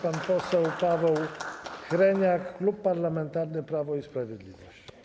Pan poseł Paweł Hreniak, Klub Parlamentarny Prawo i Sprawiedliwość.